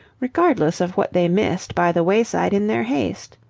regardless of what they missed by the wayside in their haste?